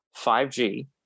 5g